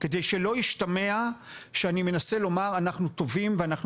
כדי שלא ישתמע שאני מנסה לומר שאנחנו טובים ואנחנו